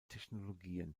technologien